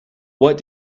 what